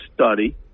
study